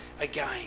again